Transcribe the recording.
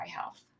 health